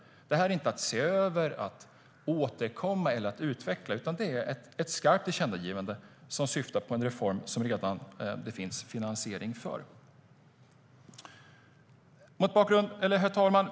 Det här är inte någonting att se över, återkomma om eller utveckla, utan det är ett skarpt tillkännagivande som syftar till en reform som det redan finns finansiering för. Herr talman!